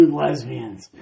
lesbians